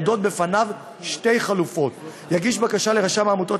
עומדות בפניו שתי חלופות: 1. יגיש בקשה לרשם העמותות